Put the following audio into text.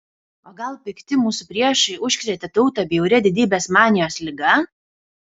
o gal pikti mūsų priešai užkrėtė tautą bjauria didybės manijos liga